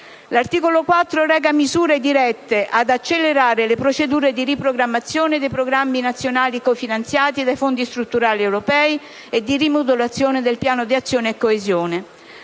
L'articolo 4 reca misure dirette ad accelerare le procedure di riprogrammazione dei programmi nazionali cofinanziati dai fondi strutturali europei e di rimodulazione del Piano di azione coesione.